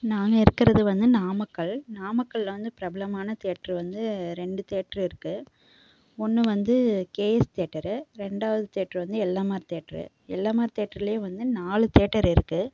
நாங்கள் இருக்கிறது வந்து நாமக்கல் நாமக்கல்லில் வந்து பிரபலமான தியேட்ரு வந்து ரெண்டு தியேட்ரு இருக்கு ஒன்று வந்து கே எஸ் தியேட்டரு ரெண்டாவது தியேட்ரு வந்து L M R theatre L M R தியேட்டருலே வந்து நாலு தியேட்டர் இருக்கு